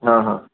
हा हा